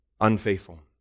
unfaithful